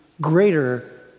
greater